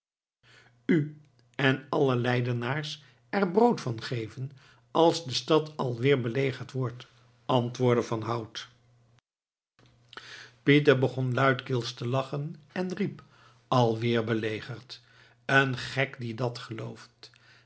u en allen leidenaars er brood van geven als de stad alweer belegerd wordt antwoordde van hout pieter begon luidkeels te lachen en riep alweer belegerd een gek die dat gelooft